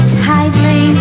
tightly